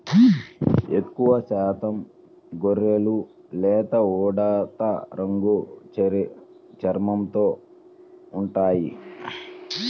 ఎక్కువశాతం గొర్రెలు లేత ఊదా రంగు చర్మంతో ఉంటాయి